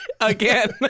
again